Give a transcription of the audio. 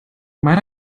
might